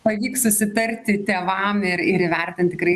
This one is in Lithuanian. pavyks susitarti tėvam ir ir įvertinti tikrai